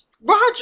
Roger